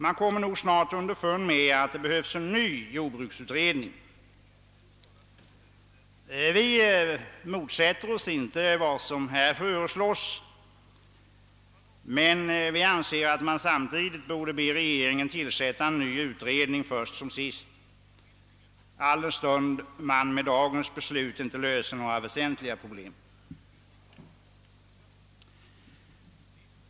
Man kommer nog snart underfund med att det behövs en ny jordbruksutredning. Vi motsätter oss inte vad som nu föreslås, men vi anser att man samtidigt borde be regeringen tillsätta en ny utredning först som sist alldenstund man med dagens beslut inte löser några väsentliga problem.